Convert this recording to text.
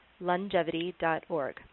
Longevity.org